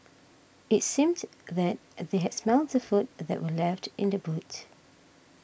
it seemed that they had smelt the food that were left in the boot